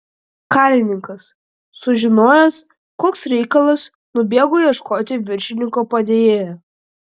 karininkas sužinojęs koks reikalas nubėgo ieškoti viršininko padėjėjo